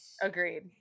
Agreed